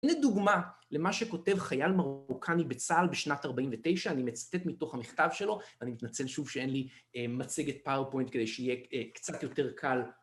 הנה דוגמא למה שכותב חייל מרוקני בצה״ל בשנת 49', אני מצטט מתוך המכתב שלו, ואני מתנצל שוב שאין לי מצגת פארופוינט כדי שיהיה קצת יותר קל...